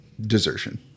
desertion